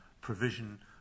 provision